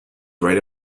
right